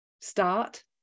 start